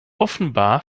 offenbar